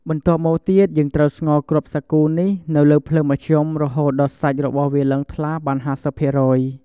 បន្ទាប់មកទៀតយើងត្រូវស្ងោរគ្រាប់សាគូនេះនៅលើភ្លើងមធ្យមរហូតដល់សាច់របស់វាឡើងថ្លាបាន៥០ភាគរយ។